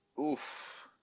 oof